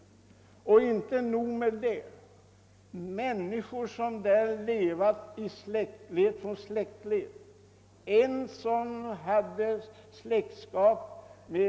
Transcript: Och inte nog med det: människor som där levat i släktled efter släktled får inte utöva sina rättigheter.